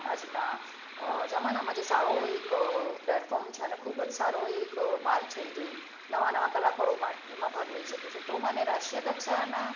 આજના જમાનામાં જે સારો એક પ્લેટફોમ છે ને અને ખૂબ જ સારો એક માર્ગ છે જે નવા નવા કલાકારો મા એમાં ભાગ લઇ શકે છે તો મને રાષ્ટ્રીય કક્ષાના